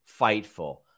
Fightful